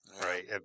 right